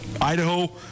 Idaho